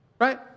right